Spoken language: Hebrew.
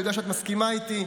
אני יודע שאת מסכימה איתי,